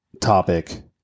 topic